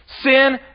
Sin